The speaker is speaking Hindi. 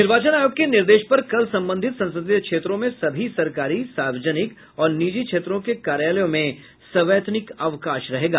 निर्वाचन आयोग के निर्देश पर कल संबंधित संसदीय क्षेत्रों में सभी सरकारी सार्वजनिक और निजी क्षेत्रों के कार्यालयों में सवैतनिक अवकाश रहेगा